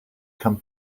come